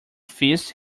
fist